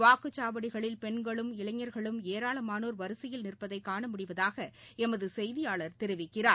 வாக்குச்சாவடகளில் பெண்களும் இளைஞ்களும் ஏராளமானோர் வரிசையில் நிற்பதைகாணமுடிவதாகளமதுசெய்தியாளர் தெரிவிக்கிறார்